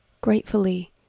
Gratefully